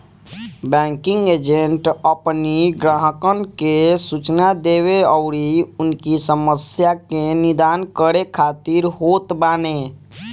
banking agent अपनी ग्राहकन के सूचना देवे अउरी उनकी समस्या के निदान करे खातिर होत बाने